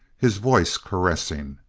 his voice caressing.